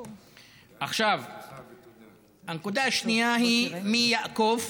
הנקודה השנייה היא מי יאכוף.